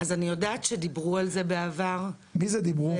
אז אני יודעת שדיברו על זה בעבר --- מי זה "דיברו"?